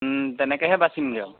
তেনেকৈহে বাচিমগৈ আৰু